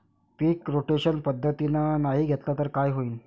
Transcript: पीक rotation पद्धतीनं नाही घेतलं तर काय होईन?